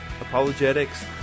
apologetics